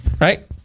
Right